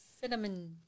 Cinnamon